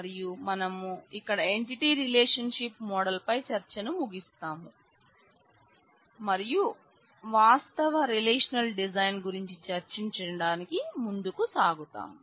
మరియు మనం ఇక్కడ ఎంటిటీ రిలేషన్ షిప్ మోడల్ గురించి చర్చించడానికి ముందుకు సాగుతాం